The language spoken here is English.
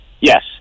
Yes